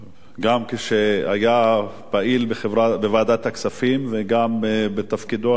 גם כשהיה פעיל בוועדת הכספים וגם בתפקידו הנוכחי,